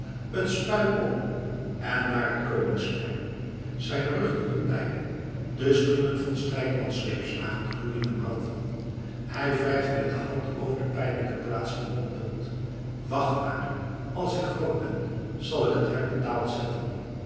t spui op en naar het koningsplein zijn rug doet hem pijn de striemen van strijkmans zweepslagen gloeien en branden hij wrijft met de hand over de pijnlijke plaats en mompelt wacht maar als ik groot ben zal ik het hem betaald zetten